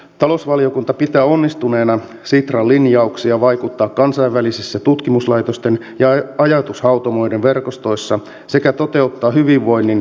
talousvaliokunta pitää onnistuneena sitran linjauksia vaikuttaa kansainvälisissä tutkimuslaitosten ja ajatushautomoiden verkostoissa sekä toteuttaa hyvinvoinnin tutkimushankkeita